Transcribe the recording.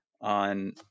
on